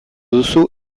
duzu